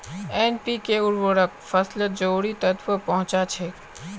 NPK उर्वरक फसलत जरूरी तत्व पहुंचा छेक